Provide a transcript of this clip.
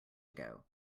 ago